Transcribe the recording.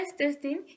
testing